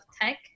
tech